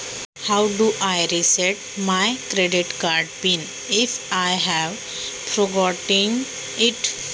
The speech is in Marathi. मी क्रेडिट कार्डचा पिन विसरलो आहे तर कसे रीसेट करायचे?